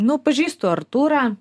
nu pažįstu artūrą